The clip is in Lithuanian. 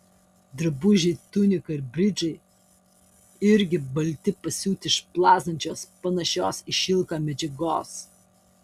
drabužiai tunika ir bridžai irgi balti pasiūti iš plazdančios panašios į šilką medžiagos